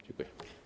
Dziękuję.